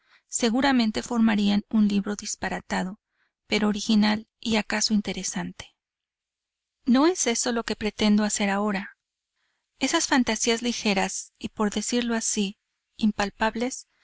seguramente formarían un libro disparatado pero original y acaso interesante no es eso lo que pretendo hacer ahora esas fantasías ligeras y por decirlo así impalpables son en